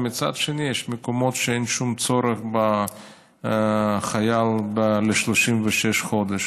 ומצד שני יש מקומות שאין שום צורך בחייל ל-36 חודש.